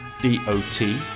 d-o-t